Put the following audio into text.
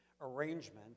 arrangement